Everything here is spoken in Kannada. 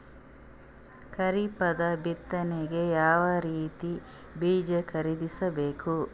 ಖರೀಪದ ಬಿತ್ತನೆಗೆ ಯಾವ್ ರೀತಿಯ ಬೀಜ ಖರೀದಿಸ ಬೇಕು?